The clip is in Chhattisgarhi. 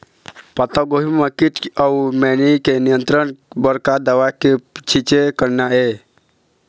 पत्तागोभी म कीट अऊ मैनी के नियंत्रण बर का दवा के छींचे करना ये?